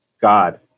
God